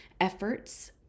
efforts